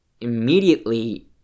immediately